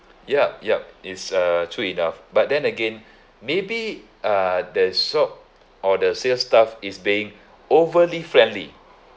yup yup it's uh true enough but then again maybe uh the shop or the sales staff is being overly friendly